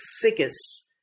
figures